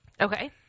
Okay